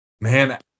man